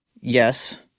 yes